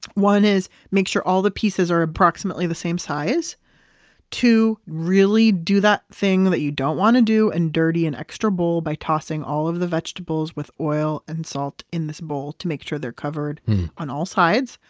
one is make sure all the pieces are approximately the same size two, really do that thing that you don't want to do and dirty an extra bowl by tossing all of the vegetables with oil and salt in this bowl to make sure they're covered on all sides.